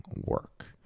work